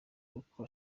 uko